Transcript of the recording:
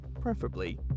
preferably